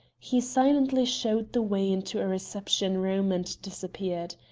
he silently showed the way into a reception room and disappeared.